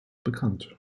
bekannt